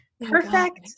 perfect